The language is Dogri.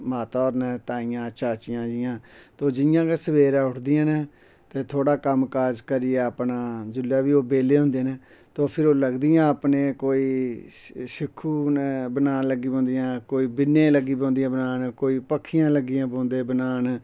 माता न ताईयां चाचियां ओह् जियां गै सवेरै उठदियां नै ते थोह्ड़ा कम्म काज़ करियै अपनै जेल्लै ओह् बेल्ले होंदे न फिर ओह् लगदियां अपनै कोई सिक्खुन बनान लगी पौंदियां कोई बिन्ने लगी पौंदियां बनान पक्खियां लगी पौंदे बनान